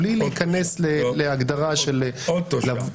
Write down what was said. בלי להיכנס להגדרה של --- או תושב.